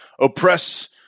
oppress